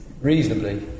reasonably